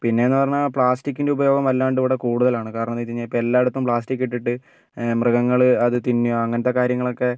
പിന്നേന്ന് പറഞ്ഞാൽ പ്ലാസ്റ്റിക്കിൻ്റെ ഉപയോഗം വല്ലാണ്ട് ഇവിടെ കൂടുതലാണ് കാരണോന്ന് വെച്ച് കഴിഞ്ഞാൽ ഇപ്പം എല്ലാ ഇടത്തും പ്ലാസ്റ്റിക്ക് ഇട്ടിട്ട് മൃഗങ്ങൾ അത് തിന്നുക അങ്ങനത്തെ കാര്യങ്ങളൊക്കെ